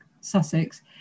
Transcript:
Sussex